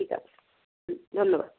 ঠিক আছে হুম ধন্যবাদ